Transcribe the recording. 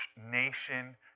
nation